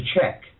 check